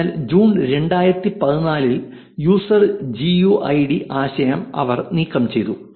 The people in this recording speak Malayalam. അതിനാൽ ജൂൺ 2014 ൽ യൂസർ ജിയൂഐഡി ആശയം നീക്കം ചെയ്തു